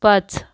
पाच